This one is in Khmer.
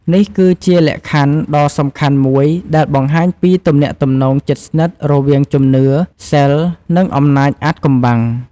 នេះគឺជាលក្ខខណ្ឌដ៏សំខាន់មួយដែលបង្ហាញពីទំនាក់ទំនងជិតស្និទ្ធរវាងជំនឿ សីល និងអំណាចអាថ៌កំបាំង។